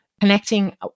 connecting